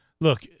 look